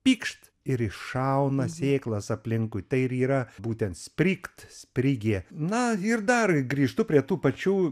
pykšt ir iššauna sėklas aplinkui tai ir yra būtent sprygt sprigė na ir dar grįžtu prie tų pačių